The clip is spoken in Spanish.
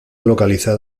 localizada